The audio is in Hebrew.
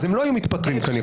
אז הם לא היו מתפטרים כנראה.